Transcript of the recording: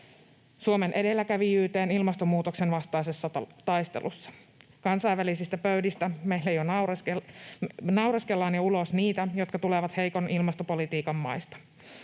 Suomen edelläkävijyyteen ilmastonmuutoksen vastaisessa taistelussa. Kansainvälisistä pöydistä naureskellaan jo ulos niitä, jotka tulevat heikon ilmastopolitiikan maista.